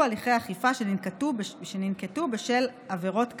הליכי אכיפה שננקטו בשל עבירות כאמור.